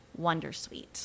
Wondersuite